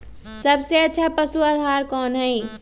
सबसे अच्छा पशु आहार कोन हई?